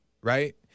right